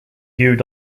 viewed